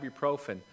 ibuprofen